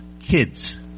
kids